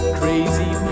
crazy